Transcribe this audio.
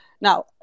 Now